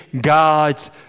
God's